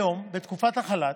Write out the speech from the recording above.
היום, בתקופת החל"ת,